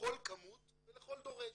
בכל כמות ולכל דורש,